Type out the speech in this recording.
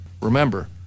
Remember